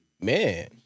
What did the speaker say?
man